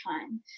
time